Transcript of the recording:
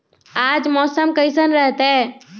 आज मौसम किसान रहतै?